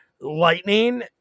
lightning